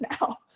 now